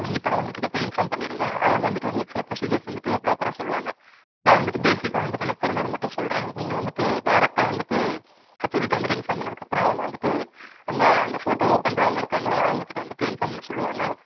இப்போ நீங்கள் இப்போ அவங்ககிட்ட போய் இன்ஃபார்ம் பண்ணி விடுங்க அவங்க வந்துவிட்டு உங்களுக்கு சில ப்ரோஸிஜர்ஸ் வந்துவிட்டு ப்ராப்பராக சொல்லுவாங்க நான் வந்துவிட்டு பேஸிக்காக வந்துவிட்டு எனக்கு தெரிஞ்சதை மட்டும் சொல்கிறேன் நீங்கள் வந்துவிட்டு டெரெக்டாக வந்துவிட்டு எச்ஓடி கிட்ட வந்துவிட்டு இன்ஃபார்ம் பண்ணதுக்கு அப்புறம் அவங்க வந்துவிட்டு அந்த அந்த ஃபோட்டோ பண்ணுறவங்க இருக்காங்களே அவங்க கிட்ட வந்துவிட்டு இன்ஃபார்ம் பண்ண சொல்லுவாங்க